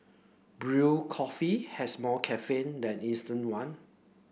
brewed coffee has more caffeine than instant one